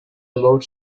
about